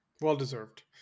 Well-deserved